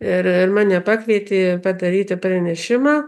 ir mane pakvietė padaryti pranešimą